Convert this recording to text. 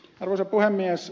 arvoisa puhemies